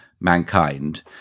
mankind